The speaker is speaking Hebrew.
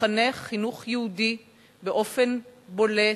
להתחנך חינוך יהודי באופן בולט,